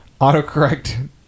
autocorrect